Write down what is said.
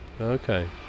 Okay